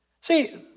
See